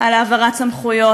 על העברת סמכויות.